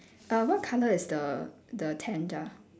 err what colour is the the tent ah